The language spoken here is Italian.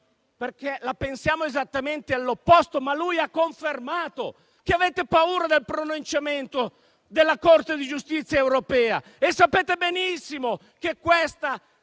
ma che la pensa esattamente all'opposto rispetto a me, il quale ha confermato che avete paura del pronunciamento della Corte di giustizia europea e sapete benissimo che questa